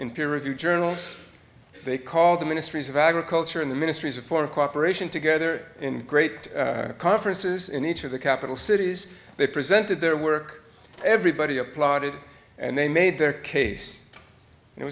reviewed journals they called the ministry of agriculture and the ministries of for cooperation together in great conferences in each of the capital cities they presented their work everybody applauded and they made their case it